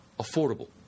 affordable